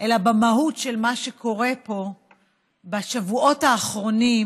אלא במהות של מה שקורה פה בשבועות האחרונים,